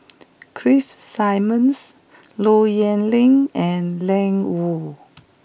Keith Simmons Low Yen Ling and Ian Woo